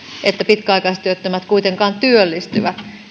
että pitkäaikaistyöttömät kuitenkaan työllistyvät